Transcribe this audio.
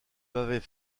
m’avait